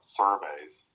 surveys